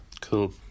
cool